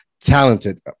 talented